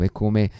come